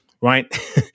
right